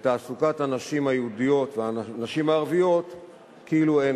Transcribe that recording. את תעסוקת הנשים היהודיות והנשים הערביות כאילו אין